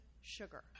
sugar